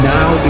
Now